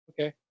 okay